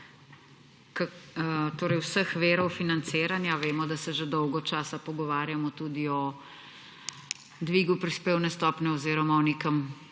vseh virov financiranja. Vemo, da se že dolgo časa pogovarjamo tudi o dvigu prispevne stopnje oziroma